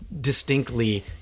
distinctly